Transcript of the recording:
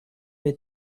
les